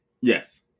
Yes